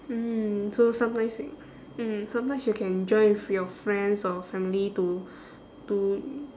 mm so sometimes mm sometimes you can join with your friends or family to to